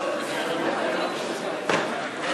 התשע"ה 2015,